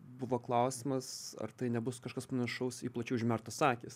buvo klausimas ar tai nebus kažkas panašaus į plačiai užmerktos akys